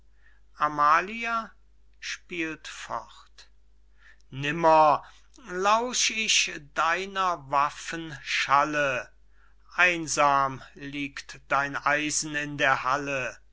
amalia spielt fort nimmer lausch ich deiner waffen schalle einsam liegt dein eisen in der halle